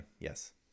yes